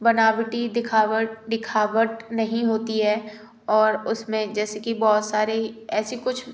बनावटी दिखावट दिखावट नहीं होती है और उसमें जैसे कि बहुत सारे ऐसी कुछ